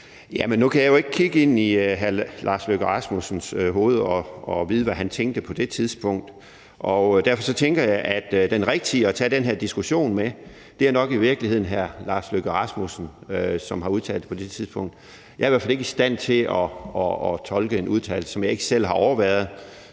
Nu kan jeg jo ikke kigge ind i hr. Lars Løkke Rasmussens hoved og vide, hvad han tænkte på det tidspunkt, og derfor tænker jeg, at den rigtige at tage den her diskussion med nok i virkeligheden er hr. Lars Løkke Rasmussen, som har udtalt sig på det tidspunkt. Jeg er i hvert fald ikke i stand til at tolke en udtalelse, som jeg ikke selv har overværet,